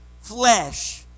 flesh